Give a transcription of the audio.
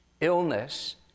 illness